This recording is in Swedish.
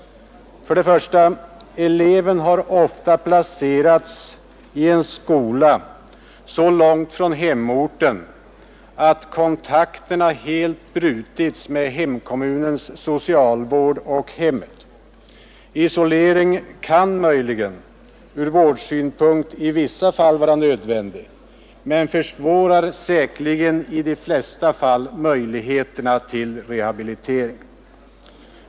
För det första har eleven ofta placerats i en skola så långt från hemorten att kontakterna helt brutits med hemkommunens socialvård och med hemmet. Isolering kan möjligen från vårdsynpunkt i vissa fall vara nödvändig men försvårar säkerligen i de flesta fall möjligheterna till rehabilitering.